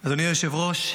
אדוני היושב-ראש,